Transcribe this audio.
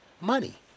money